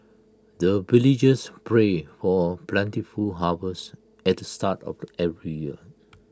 the villagers pray for plentiful harvest at the start of every year